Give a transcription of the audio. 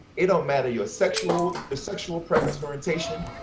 it don't matter your sexual sexual preference and orientation.